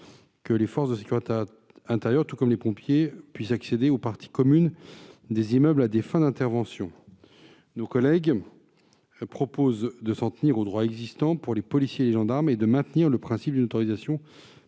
les forces de sécurité intérieure, tout comme les pompiers, à accéder aux parties communes des immeubles à des fins d'intervention. Nos collègues proposent de s'en tenir au droit existant pour les policiers et les gendarmes et de maintenir le principe d'une autorisation par le